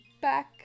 back